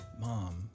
mom